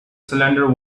cylinder